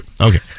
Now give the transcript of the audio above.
okay